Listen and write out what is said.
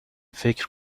فکر